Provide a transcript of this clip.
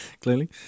clearly